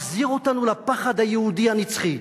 מחזיר אותנו לפחד היהודי הנצחי,